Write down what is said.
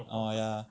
oh ya